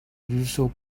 usual